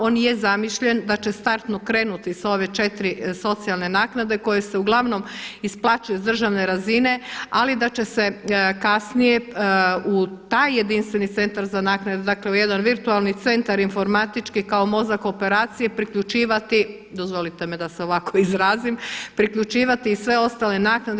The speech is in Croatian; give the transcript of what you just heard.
On je zamišljen da će startno krenuti sa ove četiri socijalne naknade koje se uglavnom isplaćuju iz državne razine ali da će se kasnije u taj jedinstveni centar za naknade, dakle u jedan virtualni centar informatički kao mozak operacije priključivati, dozvolite mi da se ovako izrazim, priključivati i sve ostale naknade.